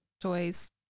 toys